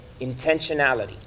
Intentionality